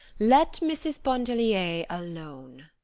let mrs. pontellier alone.